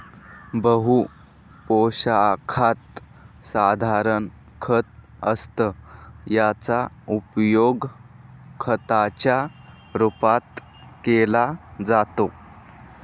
बहु पोशाखात साधारण खत असतं याचा उपयोग खताच्या रूपात केला जातो